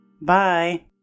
Bye